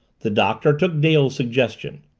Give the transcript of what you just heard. the doctor took dale's suggestion.